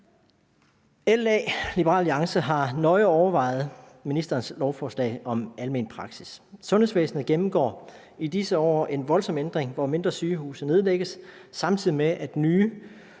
Liberal Alliance har nøje overvejet ministerens lovforslag om almen praksis. Sundhedsvæsenet gennemgår i disse år en voldsom ændring, hvor mindre sygehuse nedlægges, samtidig med at nye